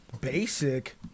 basic